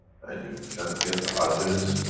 and you can get the others,